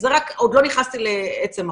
ועוד לא נכנסתי לעצם החוק.